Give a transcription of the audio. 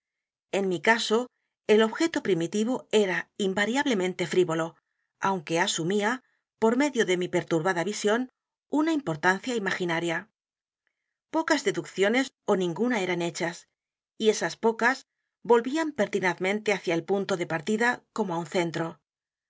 en mi caso el objeto primitivo era invariablemente frivolo aunque asumía por medio de mi perturbada visión una imedgar poe novelas y cuestos portancia imaginaria pocas deducciones ó ninguna eran h e c h a s y esas pocas volvían pertinazmente hacia el punto de partida como á un centro